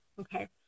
Okay